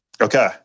Okay